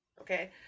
Okay